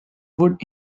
would